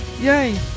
yay